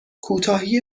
کوتاهی